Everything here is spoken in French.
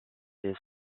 les